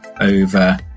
over